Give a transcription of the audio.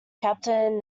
captain